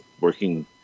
working